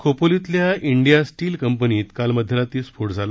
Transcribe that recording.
खोपोलीतल्या India steel कपंनीत काल मध्यरात्री स्फोट झाला